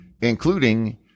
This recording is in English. including